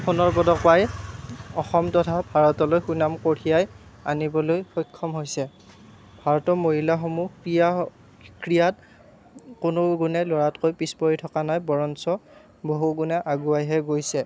সোণৰ পদক পাই অসম তথা ভাৰতলৈ সুনাম কঢ়িয়াই আনিবলৈ সক্ষম হৈছে ভাৰতৰ মহিলাসমূহ ক্ৰীড়া ক্ৰীড়াত কোনোগুণে ল'ৰাতকৈ পিছপৰি থকা নাই বৰঞ্চ বহুগুণে আগুৱাইহে গৈছে